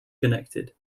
connected